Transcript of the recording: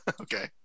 okay